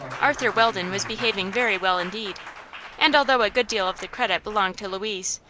arthur weldon was behaving very well indeed and although a good deal of the credit belonged to louise,